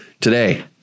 today